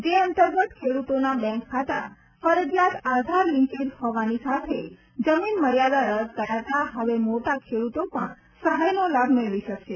જે અંતર્ગત ખેડૂતોના બેંકખાતા ફરજીયાત આધાર લીકેજ હોવાની સાથે જમીન મર્યાદા રદ કરાતા હવે મોટા ખેડૂતો પણ સહાયનો લાભ મેળવી શકશે